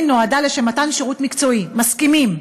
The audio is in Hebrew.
נועדה לשם מתן שירות מקצועי" מסכימים.